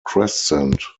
crescent